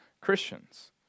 Christians